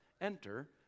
enter